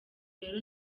rero